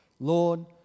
Lord